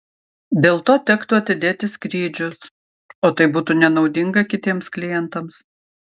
dėl to tektų atidėti skrydžius o tai būtų nenaudinga kitiems klientams